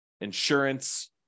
insurance